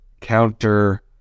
counter